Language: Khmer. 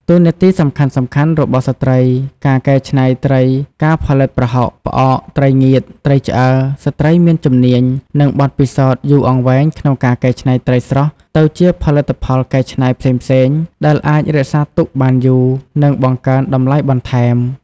តួនាទីសំខាន់ៗរបស់ស្ត្រីការកែច្នៃត្រីការផលិតប្រហុក ផ្អក ត្រីងៀត ត្រីឆ្អើរ: ស្ត្រីមានជំនាញ និងបទពិសោធន៍យូរអង្វែងក្នុងការកែច្នៃត្រីស្រស់ទៅជាផលិតផលកែច្នៃផ្សេងៗ ដែលអាចរក្សាទុកបានយូរ និងបង្កើនតម្លៃបន្ថែម។